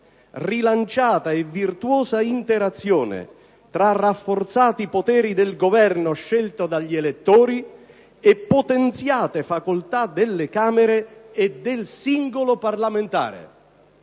rilanciata e virtuosa interazione tra rafforzati poteri del Governo scelto dagli elettori e potenziate facoltà delle Camere e del singolo parlamentare;